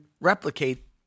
replicate